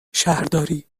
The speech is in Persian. شهرداری